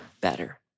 better